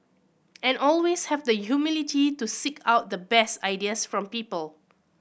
and always have the humility to seek out the best ideas from people